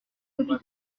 hôpitaux